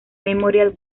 memorial